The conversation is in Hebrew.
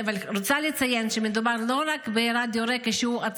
אבל אני רוצה לציין שלא מדובר ברדיו שהוא עצמאי,